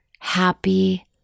happy